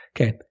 Okay